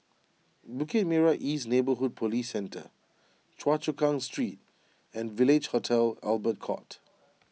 Bukit Merah East Neighbourhood Police Centre Choa Chu Kang Street and Village Hotel Albert Court